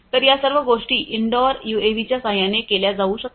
तर या सर्व गोष्टी इनडोअर यूएव्हीच्या सहाय्याने केल्या जाऊ शकतात